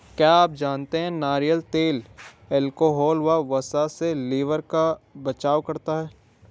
क्या आप जानते है नारियल तेल अल्कोहल व वसा से लिवर का बचाव करता है?